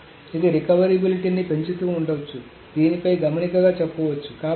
కాబట్టి ఇది రికవరబిలిటీని పెంచుతూ ఉండవచ్చు దీనిపై గమనికగా చెప్పవచ్చు